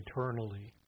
eternally